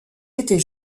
était